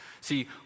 See